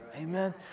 Amen